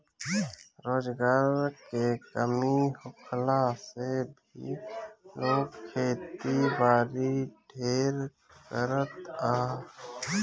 रोजगार के कमी होखला से भी लोग खेती बारी ढेर करत हअ